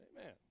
Amen